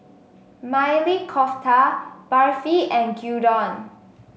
Maili Kofta Barfi and Gyudon